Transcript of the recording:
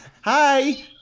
Hi